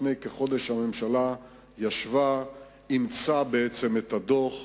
לפני כחודש הממשלה ישבה, אימצה את הדוח,